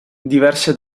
diverse